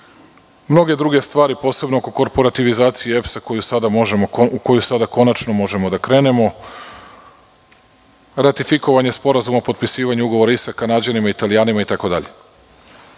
mnoge druge stvari, posebno oko korporativizacije EPS u koju sada konačno možemo sada da krenemo, ratifikovanje sporazuma o potpisivanju ugovora i sa Kanađanima, Italijanima